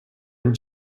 and